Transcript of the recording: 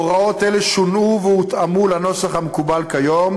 הוראות אלה שונו והותאמו לנוסח המקובל כיום,